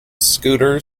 scooter